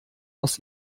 aus